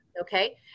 okay